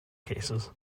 cases